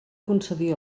concedir